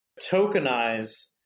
tokenize